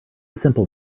simple